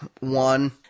one